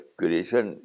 creation